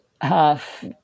half